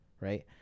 right